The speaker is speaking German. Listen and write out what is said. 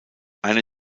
eine